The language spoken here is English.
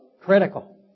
Critical